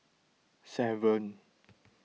seven